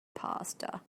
pasta